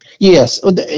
Yes